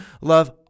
love